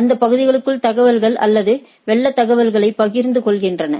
அந்த பகுதிகளுக்குள் தகவல் அல்லது வெள்ளத் தகவல்களைப் பகிர்ந்து கொள்கின்றன